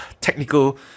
technical